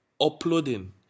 uploading